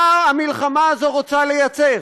מה המלחמה הזאת רוצה ליצור,